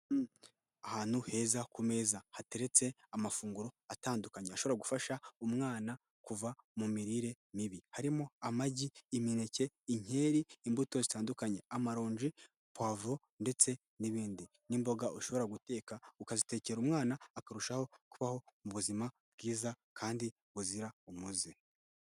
Ahantu heza ku meza hateretse amafunguro atandukanye ashobora gufasha umwana kuva mu mirire mibi. Harimo amagi, imineke, inkeri. Imbuto zitandukanye amaronji, poivo ndetse n'ibindi. N'imboga ushobora guteka ukazitekera umwana akarushaho kubaho mu buzima bwiza, kandi buzira umuze.